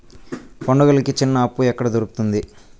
పండుగలకి చిన్న అప్పు ఎక్కడ దొరుకుతుంది